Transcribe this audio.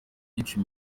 myinshi